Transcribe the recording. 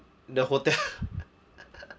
the hotel